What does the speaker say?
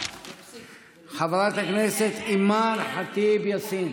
חברת הכנסת אימאן ח'טיב יאסין.